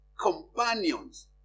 companions